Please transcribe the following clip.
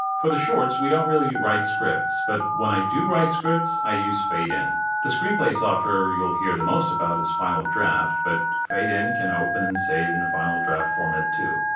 for the shorts we don't really write scripts but when i do write scripts i use fade in. the screenplay software you'll hear the most about is final draft but fade in can open and save in final draft format too.